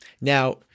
Now